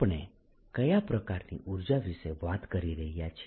આપણે કયા પ્રકારની ઊર્જા વિશે વાત કરી રહ્યા છીએ